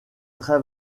très